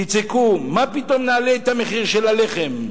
תצעקו: מה פתאום נעלה את המחיר של הלחם?